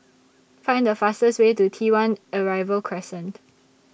Find The fastest Way to T one Arrival Crescent